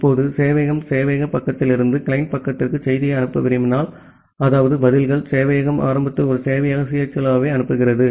இப்போது சேவையகம் சேவையக பக்கத்திலிருந்து கிளையன்ட் பக்கத்திற்கு செய்தியை அனுப்ப விரும்பினால் அதாவது பதில்கள் சேவையகம் ஆரம்பத்தில் ஒரு சேவையக CHLO ஐ அனுப்புகிறது